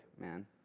man